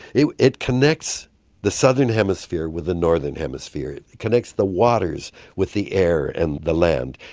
it it connects the southern hemisphere with the northern hemisphere, it connects the waters with the air and the land.